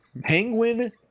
penguin